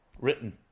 written